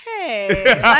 hey